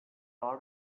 all